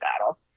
battle